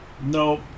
Nope